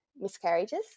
miscarriages